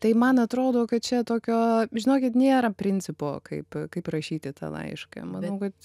tai man atrodo kad čia tokio žinokit nėra principo kaip kaip rašyti tą laišką manau kad